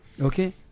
Okay